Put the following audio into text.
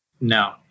No